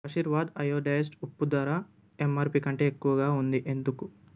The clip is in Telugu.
ఆశీర్వాద్ అయోడైజ్డ్ ఉప్పు ధర ఎంఆర్పి కంటే ఎక్కువగా ఉంది ఎందుకు